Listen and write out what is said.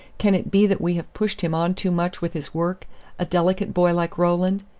can it be that we have pushed him on too much with his work a delicate boy like roland?